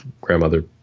grandmother